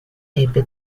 ebbe